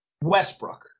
Westbrook